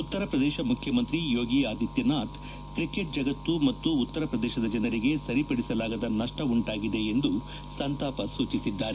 ಉತ್ತರ ಪ್ರದೇಶ ಮುಖ್ಯಮಂತ್ತಿ ಯೋಗಿ ಆದಿತ್ಯನಾಥ್ ಕ್ರಿಕೆಟ್ ಜಗತ್ತು ಮತ್ತು ಉತ್ತರ ಪ್ರದೇಶದ ಜನರಿಗೆ ಸರಿಪಡಿಸಲಾಗದ ನಷ್ಟ ಉಂಟಾಗಿದೆ ಎಂದು ಸಂತಾಪ ಸೂಚಿಸಿದ್ದಾರೆ